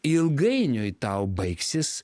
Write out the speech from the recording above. ilgainiui tau baigsis